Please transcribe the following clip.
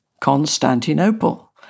Constantinople